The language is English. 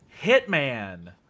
Hitman